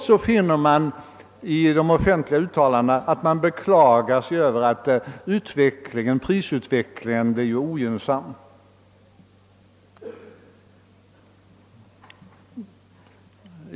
Efteråt beklagar man sig i offentliga uttalanden över att prisutvecklingen blivit ogynnsam.